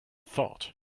thought